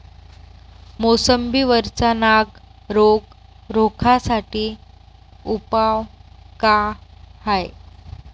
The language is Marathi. मोसंबी वरचा नाग रोग रोखा साठी उपाव का हाये?